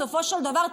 בסופו של דבר,